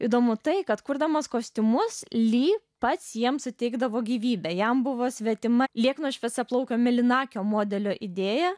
įdomu tai kad kurdamas kostiumus lee pats jiems suteikdavo gyvybę jam buvo svetima liekno šviesiaplaukio mėlynakio modelio idėja